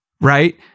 right